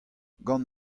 gant